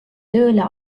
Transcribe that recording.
tööle